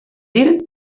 dir